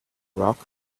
rock